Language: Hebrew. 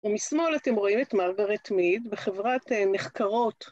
ומשמאל אתם רואים את מרגרט מיד בחברת נחקרות.